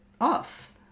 off